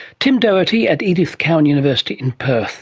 tim doherty at edith cowan university in perth